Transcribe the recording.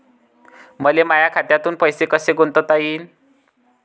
मले माया खात्यातून पैसे कसे गुंतवता येईन?